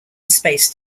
space